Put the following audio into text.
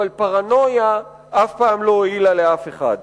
אבל פרנויה אף פעם לא הועילה לאף אחד.